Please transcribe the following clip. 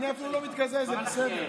אני אפילו לא מתקזז, זה בסדר.